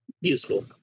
useful